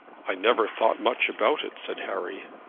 i never thought much about it, said harry.